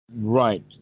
Right